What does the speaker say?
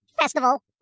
Festival